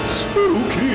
spooky